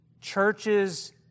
churches